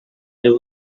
their